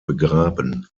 begraben